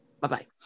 Bye-bye